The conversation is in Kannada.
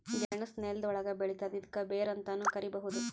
ಗೆಣಸ್ ನೆಲ್ದ ಒಳ್ಗ್ ಬೆಳಿತದ್ ಇದ್ಕ ಬೇರ್ ಅಂತಾನೂ ಕರಿಬಹುದ್